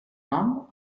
nom